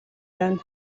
байна